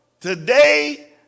today